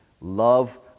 love